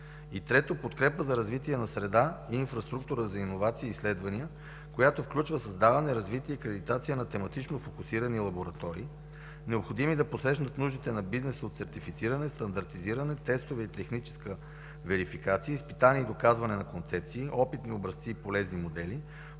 Трето, подкрепа за развитие на среда – инфраструктура за иновации и изследвания, която включва създаване, развитие и акредитация на тематично фокусирани лаборатории, необходими да посрещнат нуждите на бизнеса от сертифициране, стандартизиране, тестове и техническа верификация, изпитания и доказване на концепции, опитни образци и полезни модели,